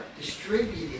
distributed